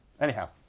Anyhow